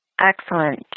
Excellent